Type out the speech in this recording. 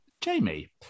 Jamie